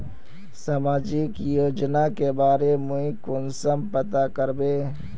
सामाजिक योजना के बारे में कुंसम पता करबे?